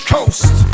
Coast